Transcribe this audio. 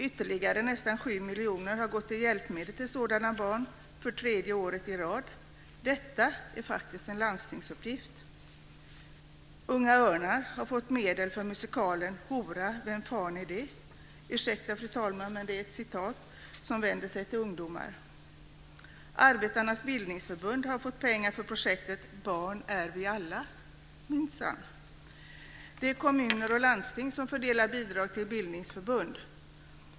Ytterligare nästan 7 miljoner har gått till hjälpmedel till sådana barn för tredje året i rad. Detta är faktiskt en landstingsuppgift. Unga Örnar har fått medel för musikalen Hora, vem fan är det - ursäkta, fru talman, men det är ett citat som vänder sig till ungdomar. Arbetarnas Bildningsförbund har fått pengar för projektet Barn är vi alla - minsann. Det är kommuner och landsting som fördelar bidrag till bildningsförbund.